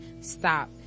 stop